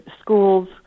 schools